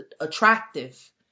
attractive